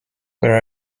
where